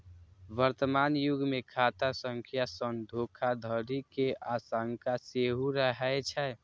वर्तमान युग मे खाता संख्या सं धोखाधड़ी के आशंका सेहो रहै छै